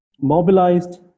mobilized